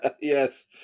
Yes